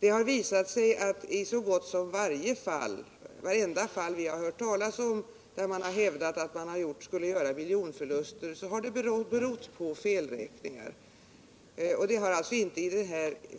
Det har visat sig alt i så gott som alla fall vi hört talas om där man hävdat att man skulle göra miljonförluster, så har det berott på felräkningar. Det har alltså i